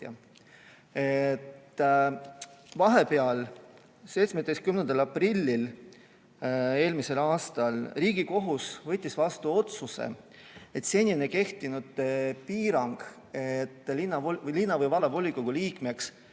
Vahepeal, 17. aprillil eelmisel aastal võttis Riigikohus vastu otsuse, et seni kehtinud piirang, et linna- või vallavolikogu liikmeks